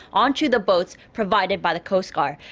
onto the boats provided by the coast guard.